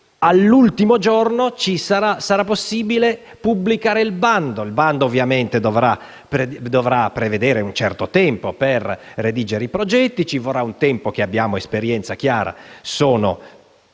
all'ultimo giorno sarà possibile pubblicare il bando, che dovrà ovviamente prevedere un certo tempo per redigere i progetti. Occorrerà un tempo che - abbiamo un'esperienza chiara -